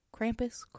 Krampus